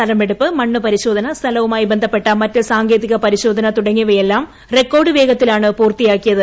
സ്ഥലമെടുപ്പ് മണ്ണ് പരിശോധന സ്ഥലവുമായി ബന്ധപ്പെട്ട് മറ്റ് സാങ്കേതിക പരിശോധന തുടങ്ങിയവയെല്ലാം റെക്കോർഡ് വേഗത്തിലാണ് പൂർത്തിയാക്കിയത്